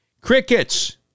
Crickets